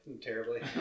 Terribly